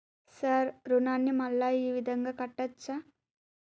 Sir రుణాన్ని మళ్ళా ఈ విధంగా కట్టచ్చా?